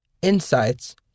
insights